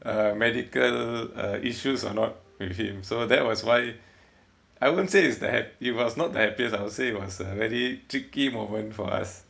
um medical uh issues or not with him so that was why I won't say it's the happy it was not the happiest I would say it was a very tricky moment for us